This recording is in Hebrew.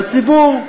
לציבור.